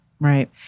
right